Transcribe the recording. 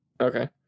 Okay